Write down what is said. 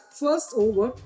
first-over